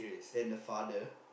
then the father